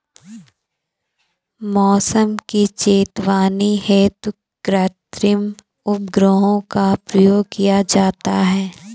मौसम की चेतावनी हेतु कृत्रिम उपग्रहों का प्रयोग किया जाता है